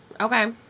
Okay